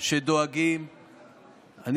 אל תתחבאו.